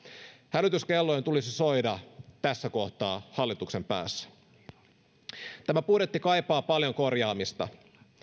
hälytyskellojen tulisi soida tässä kohtaa hallituksen päässä tämä budjetti kaipaa paljon korjaamista